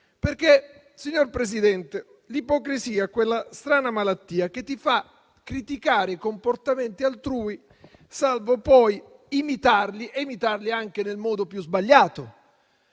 perché, signor Presidente, l'ipocrisia è quella strana malattia che fa criticare i comportamenti altrui, salvo poi imitarli e anche nel modo più sbagliato.